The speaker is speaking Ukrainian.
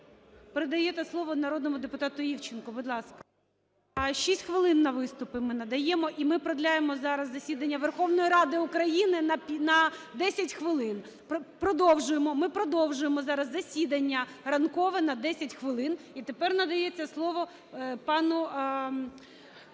Передаєте слово народному депутату Івченку. Будь ласка. Шість хвилин на виступи ми надаємо. І ми продовжуємо зараз засідання Верховної Ради України на 10 хвилин. Ми продовжуємо зараз засідання ранкове на 10 хвилин. І тепер надається слово пану